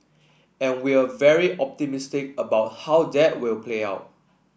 and we're very optimistic about how that will play out